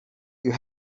you